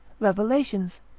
revelations,